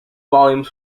volumes